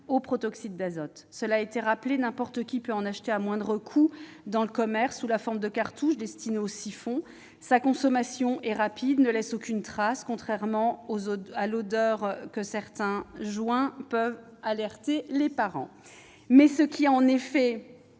au protoxyde d'azote. Cela a été rappelé : n'importe qui peut en acheter à moindre coût dans le commerce, sous la forme de cartouches destinées aux siphons. Sa consommation est rapide et ne laisse aucune trace, contrairement aux joints dont l'odeur peut alerter les parents ... Ce qui explique